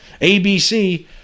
ABC